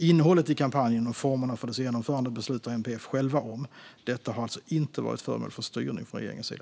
Innehållet i kampanjen och formerna för dess genomförande beslutar MPF själva om. Detta har alltså inte varit föremål för styrning från regeringens sida.